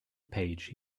page